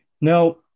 Now